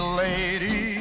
lady